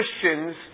Christians